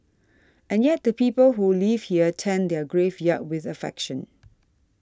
and yet the people who live here tend their graveyard with affection